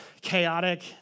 chaotic